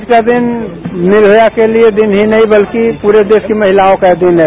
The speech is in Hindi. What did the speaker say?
आज का दिन निर्नया के लिये दिन ही नहीं बल्कि प्रे देश के महिलाओं का दिन है